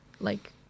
Like-